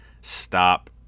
stop